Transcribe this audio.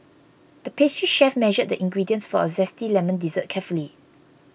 the pastry chef measured the ingredients for a Zesty Lemon Dessert carefully